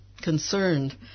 concerned